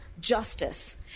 justice